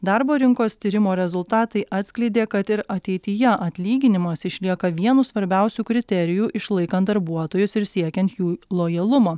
darbo rinkos tyrimo rezultatai atskleidė kad ir ateityje atlyginimas išlieka vienu svarbiausių kriterijų išlaikant darbuotojus ir siekiant jų lojalumo